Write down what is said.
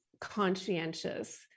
conscientious